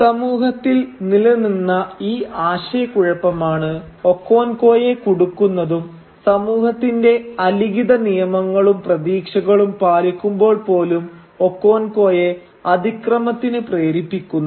സമൂഹത്തിൽ നിലനിന്ന ഈ ആശയക്കുഴപ്പമാണ് ഒക്കോൻകോയെ കുടുക്കുന്നതും സമൂഹത്തിന്റെ അലിഖിത നിയമങ്ങളും പ്രതീക്ഷകളും പാലിക്കുമ്പോൾ പോലും ഒക്കോൻകോയെ അതിക്രമത്തിന് പ്രേരിപ്പിക്കുന്നതും